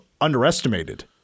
underestimated